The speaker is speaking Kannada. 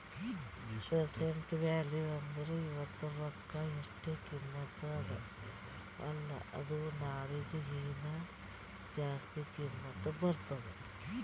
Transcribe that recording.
ಪ್ರೆಸೆಂಟ್ ವ್ಯಾಲೂ ಅಂದುರ್ ಇವತ್ತ ರೊಕ್ಕಾ ಎಸ್ಟ್ ಕಿಮತ್ತ ಅದ ಅಲ್ಲಾ ಅದು ನಾಳಿಗ ಹೀನಾ ಜಾಸ್ತಿ ಕಿಮ್ಮತ್ ಬರ್ತುದ್